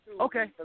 Okay